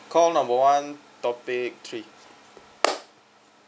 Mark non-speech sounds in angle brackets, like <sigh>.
call number one topic three <noise>